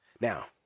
Now